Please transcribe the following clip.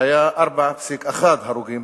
4.1 הרוגים